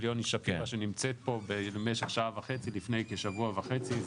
יוני שפירא שנמצאת פה במשך שעה וחצי לפני כשבוע וחצי.